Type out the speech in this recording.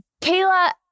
kayla